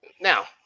now